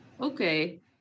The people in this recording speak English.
Okay